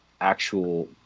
actual